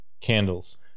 Candles